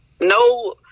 no –